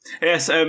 Yes